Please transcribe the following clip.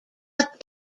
but